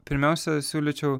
pirmiausia siūlyčiau